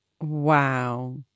Wow